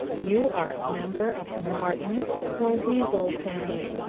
you are a member of the marten or weasel family,